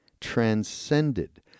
transcended